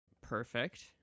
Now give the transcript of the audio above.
Perfect